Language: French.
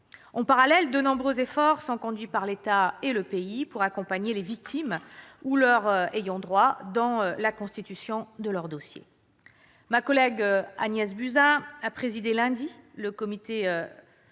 En parallèle, de nombreux efforts sont conduits par l'État et le pays pour accompagner les victimes ou leurs ayants droit dans la constitution des dossiers. Ma collègue Agnès Buzyn a présidé lundi le comité